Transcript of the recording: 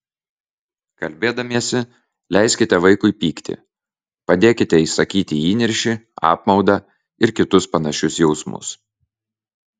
kalbėdamiesi leiskite vaikui pykti padėkite išsakyti įniršį apmaudą ir kitus panašius jausmus